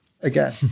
again